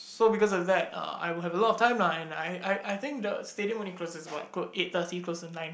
so because of that uh I will have a lot of time lah and I I I think the stadium only closes about clo~ eight thirty close to nine